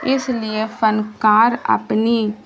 اس لیے فنکار اپنی